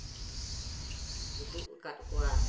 ᱩᱫᱩᱜ ᱟᱠᱟᱫ ᱠᱚᱣᱟ